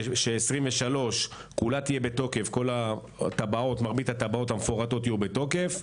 שב- 23' מרבית הטבעות המפורטות יהיו בתוקף,